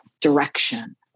direction